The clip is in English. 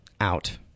out